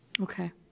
Okay